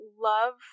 love